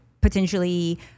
potentially